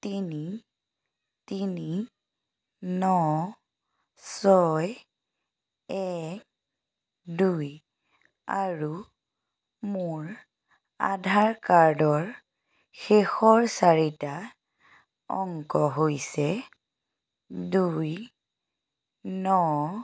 তিনি তিনি ন ছয় এক দুই আৰু মোৰ আধাৰ কাৰ্ডৰ শেষৰ চাৰিটা অংক হৈছে দুই ন